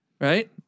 right